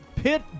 Pit